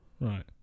right